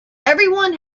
everyone